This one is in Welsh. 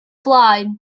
blaen